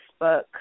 Facebook